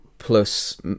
Plus